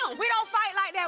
we don't fight like yeah